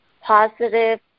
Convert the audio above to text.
positive